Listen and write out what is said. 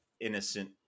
innocent